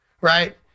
right